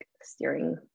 steering